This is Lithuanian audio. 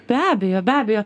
be abejo be abejo